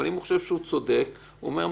אבל אם הוא חושב שהוא צודק הוא יגיד,